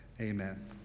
amen